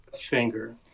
finger